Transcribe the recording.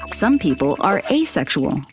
like some people are asexual,